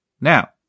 Now